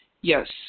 Yes